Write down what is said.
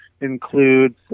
includes